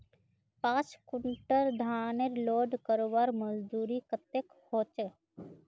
पाँच कुंटल धानेर लोड करवार मजदूरी कतेक होचए?